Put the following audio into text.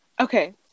Okay